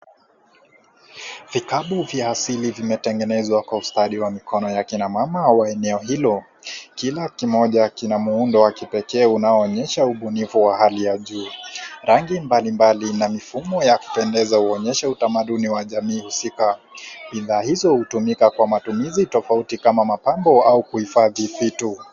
Vikapu vya asili vimetengenezwa kwa ustadi wa mikono ya kina mama wa eneo hilo , kila kimoja kina muundo wa kipekee unao onyesha ubunifu wa hali ya juu, rangi mbalimbali na mifumo ya kupendeza huonyesha utamaduni wa jamii husika , bidhaa hizo hutumika kwa matumizi tofauti kama mapambo au kuhifadhi vitu.